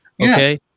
okay